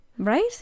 Right